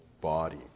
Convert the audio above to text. body